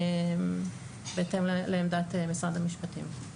בהתאם לעמדת משרד המשפטים.